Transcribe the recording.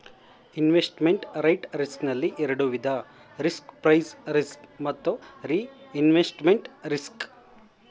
investment rate risk ನಲ್ಲಿ ಎರಡು ವಿಧ ರಿಸ್ಕ್ ಪ್ರೈಸ್ ರಿಸ್ಕ್ ಮತ್ತು ರಿಇನ್ವೆಸ್ಟ್ಮೆಂಟ್ ರಿಸ್ಕ್